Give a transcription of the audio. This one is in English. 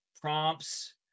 prompts